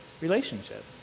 relationship